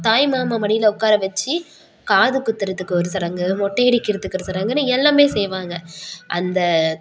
தாய்மாமன் மடியில் உட்கார வச்சு காது குத்துறதுக்கு ஒரு சடங்கு மொட்டையடிக்கிறத்துக்கு ஒரு சடங்குன்னு எல்லாமே செய்வாங்க அந்த